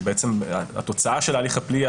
ובעצם התוצאה של ההליך הפלילי,